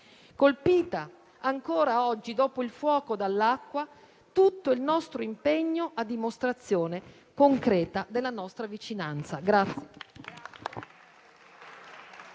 colpita ancora oggi dopo il fuoco dall'acqua, tutto il nostro impegno a dimostrazione concreta della nostra vicinanza.